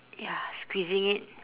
ya squeezing it